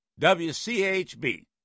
WCHB